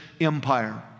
Empire